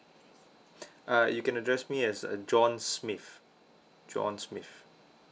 uh you can address me as uh john smith john smith